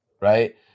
right